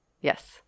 Yes